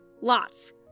lots